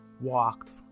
walked